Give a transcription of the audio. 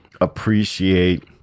appreciate